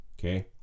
okay